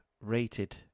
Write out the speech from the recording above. rated